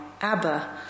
Abba